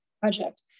project